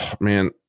man